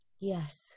Yes